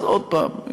אז עוד הפעם,